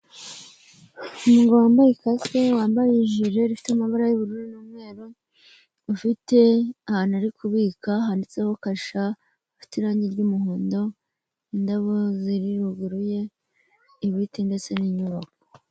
Umugabo wambaye kasike, wambaye ijire ifite amabara y'ubururu n'umweru, ufite ahantu ari kubika handitseho KASHA hafite irangi ry'umuhondo, indabo ziri ruguru ye, ibiti ndetse n'inyubako.